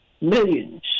Millions